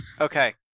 Okay